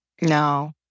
no